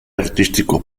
artístico